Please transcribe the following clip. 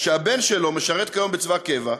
הבן שלו משרת כיום בצבא קבע,